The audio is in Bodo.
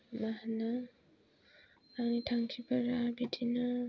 मा होनो आंनि थांखिफोरा बिदिनो